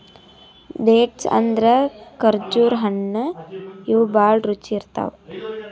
dates ಅಂದ್ರ ಖರ್ಜುರ್ ಹಣ್ಣ್ ಇವ್ ಭಾಳ್ ರುಚಿ ಇರ್ತವ್